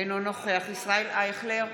אינו נוכח ישראל אייכלר,